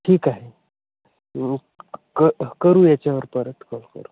ठीक आहे क करू याच्यावर परत कॉल करू